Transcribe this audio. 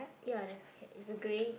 ya there's a cat it's a grey